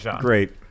great